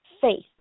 faith